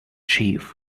chief